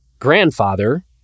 grandfather